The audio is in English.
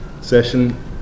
session